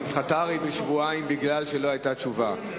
היא הרי נדחתה בשבועיים מפני שלא היתה תשובה.